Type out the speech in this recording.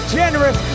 generous